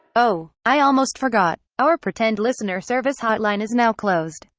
oh, i almost forgot. our pretend listener service hotline is now closed.